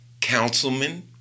Councilman